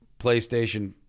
PlayStation